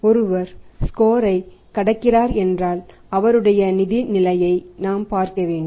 ஒருவர் ஸ்கோரைக் கடக்கிறார் என்றால்அவருடைய நிதி நிலையை நாம் பார்க்க வேண்டும்